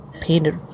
painted